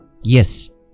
yes